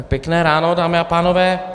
Pěkné ráno, dámy a pánové.